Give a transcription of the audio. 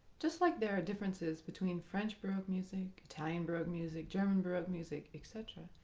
just like there are differences between french baroque music, italian baroque music, german baroque music, etc,